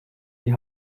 die